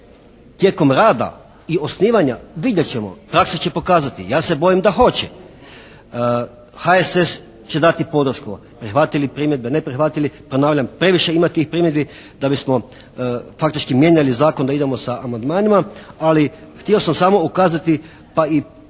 tijekom rada i osnivanja vidjet ćemo, praksa će pokazati. Ja se bojim da hoće. HSS će dati podršku, prihvatili primjedbe, ne prihvatili. Ponavljam, previše ima tih primjedbi da bismo faktički mijenjali zakon da idemo sa amandmanima, ali htio sam samo ukazati pa i faktički